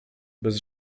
bez